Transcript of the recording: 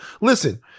Listen